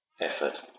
effort